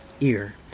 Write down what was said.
ear